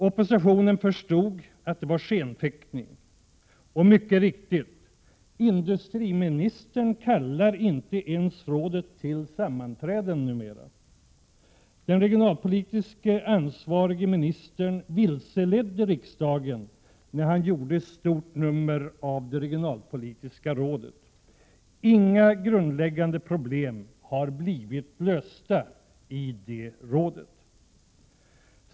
Oppositionen förstod att det var skenfäktning. Och mycket riktigt: Industriministern kallar inte ens rådet till sammanträden numera. Den regionalpolitiskt anvarige ministern vilseledde riksdagen när han gjorde ett stort nummer av det regionalpolitiska rådet. Inga grundläggande problem har nämligen blivit lösta i det rådet.